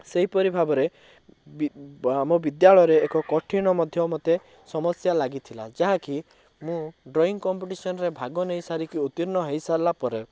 ସେହିପରି ଭାବରେ ବି ଆମ ବିଦ୍ୟାଳୟରେ ଏକ କଠିନ ମଧ୍ୟ ମୋତେ ସମସ୍ୟା ଲାଗିଥିଲା ଯାହାକି ମୁଁ ଡ୍ରଇଂ କମ୍ପିଟିସନ୍ ରେ ଭାଗ ନେଇ ସାରିକି ଉତ୍ତୀର୍ଣ୍ଣ ହେଇସାରିଲା ପରେ